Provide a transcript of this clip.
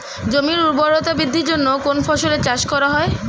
জমির উর্বরতা বৃদ্ধির জন্য কোন ফসলের চাষ করা হয়?